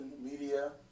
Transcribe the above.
media